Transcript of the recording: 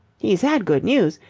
he's had good news.